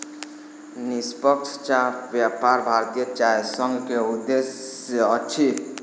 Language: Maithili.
निष्पक्ष चाह व्यापार भारतीय चाय संघ के उद्देश्य अछि